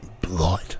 Blood